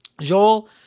joel